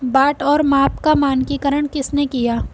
बाट और माप का मानकीकरण किसने किया?